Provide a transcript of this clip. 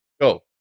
Go